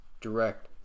direct